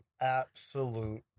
absolute